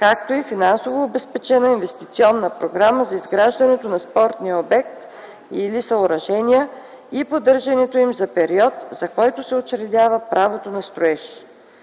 както и финансово обезпечена инвестиционна програма за изграждането на спортни обекти и/или съоръжения и поддържането им за периода, за който се учредява правото на строеж.